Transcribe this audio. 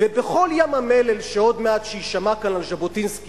ובכל ים המלל שעוד מעט יישמע כאן על ז'בוטינסקי,